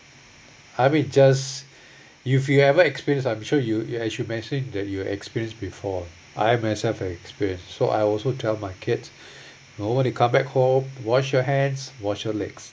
I mean just you if you ever experience I'm sure you you as you mentioned that you experienced before I myself experience so I also tell my kids when you come back home wash your hands wash your legs